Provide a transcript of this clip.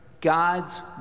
God's